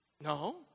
No